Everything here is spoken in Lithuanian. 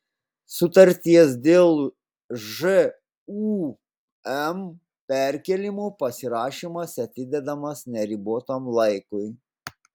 sutarties dėl žūm perkėlimo pasirašymas atidedamas neribotam laikui